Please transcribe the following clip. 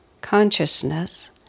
consciousness